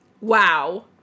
Wow